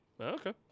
okay